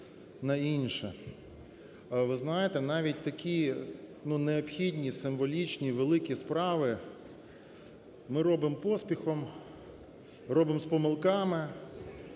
на інше. Ви знаєте, навіть такі необхідні символічні великі справи ми робимо поспіхом, робимо з помилками.